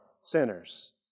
sinners